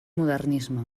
modernisme